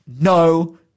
No